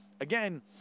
again